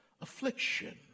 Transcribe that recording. affliction